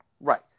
Right